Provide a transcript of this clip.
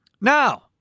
Now